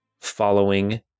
following